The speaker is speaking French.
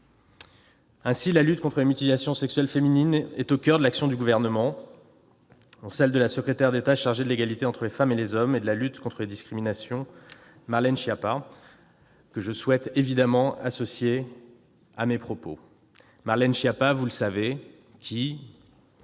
La lutte contre les mutilations sexuelles féminines est au coeur de l'action du Gouvernement, dont celle de la secrétaire d'État chargée de l'égalité entre les femmes et les hommes et de la lutte contre les discriminations, que je souhaite évidemment associer à mes propos. Marlène Schiappa, en écho aux